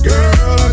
Girl